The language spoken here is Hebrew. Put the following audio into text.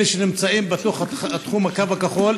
אלה שנמצאים בתוך תחום הקו הכחול.